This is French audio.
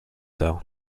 tard